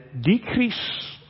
decrease